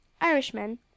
Irishmen